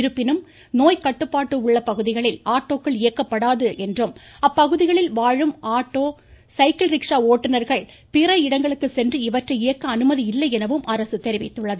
இருப்பினும் நோய்க்கட்டுப்பாட்டு உள்ள பகுதிகளில் ஆட்டோக்கள் இயக்கக்கூடாது என்றும் அப்பகுதிகளில் வாழும் ஆட்டோ சைக்கிள் ரிக்ஷா ஓட்டுனர்களும் பிற இடங்களுக்கு சென்று இவற்றை இயக்க அனுமதி இல்லை எனவும் அரசு தெரிவித்துள்ளது